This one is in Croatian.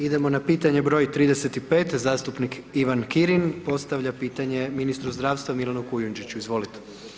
Idemo na pitanje broj 35, zastupnik Ivan Kirin postavlja pitanje ministru zdravstva Milanu Kujundžiću, izvolite.